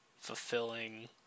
fulfilling